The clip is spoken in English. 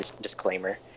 disclaimer